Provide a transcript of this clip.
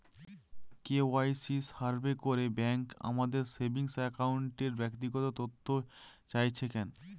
KYC survey করে bank আমাদের saving অ্যাকাউন্টের ব্যক্তিগত তথ্য চাইছে কেন?